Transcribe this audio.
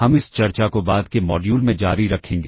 हम इस चर्चा को बाद के मॉड्यूल में जारी रखेंगे